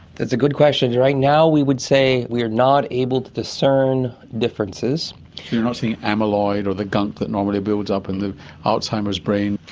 that's a good question. right now we would say we are not able to discern differences. so you're not saying amyloid or the gunk that normally builds up in the alzheimer's brain?